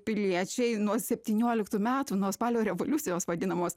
piliečiai nuo septynioliktų metų nuo spalio revoliucijos vadinamos